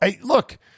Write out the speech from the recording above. look